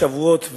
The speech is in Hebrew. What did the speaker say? שבועות,